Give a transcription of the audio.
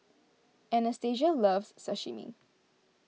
Anastasia loves Sashimi